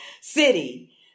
city